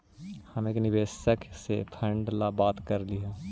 हम एक निवेशक से फंड ला बात तो करली हे